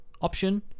option